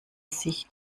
sich